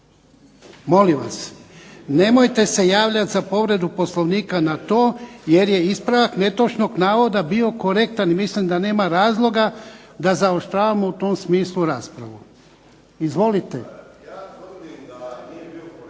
Molim vas, nemojte se javljati za povredu Poslovnika na to jer je ispravak netočnog navoda bio korektan i mislim da nema razloga da zaoštravamo u tom smislu raspravu. Izvolite.